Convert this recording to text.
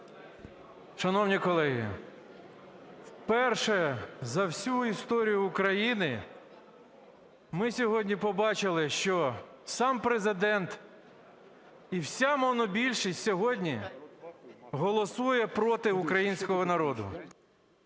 Шановні колеги, вперше за всю історію України ми сьогодні побачили, що сам Президент і вся монобільшість сьогодні голосує проти українського народу.